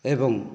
ଏବଂ